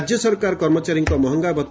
ରାଜ୍ୟ ସରକାରୀ କର୍ମଚାରୀଙ୍କ ମହଙ୍ଗାଭଉ